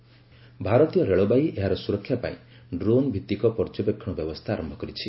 railway security ଭାରତୀୟ ରେଳବାଇ ଏହାର ସୁରକ୍ଷା ପାଇଁ ଡ୍ରୋନ୍ ଭିତ୍ତିକ ପର୍ଯ୍ୟବେକ୍ଷଣ ବ୍ୟବସ୍ଥା ଆରମ୍ଭ କରିଛି